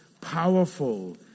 powerful